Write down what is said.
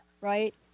right